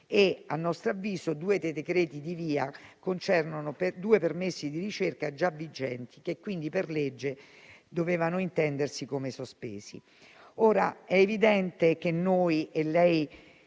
A nostro avviso, due dei decreti di VIA concernono due permessi di ricerca già vigenti, che quindi, per legge, dovevano intendersi sospesi. Ora, è evidente che noi - e lei